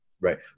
Right